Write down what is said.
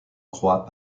croix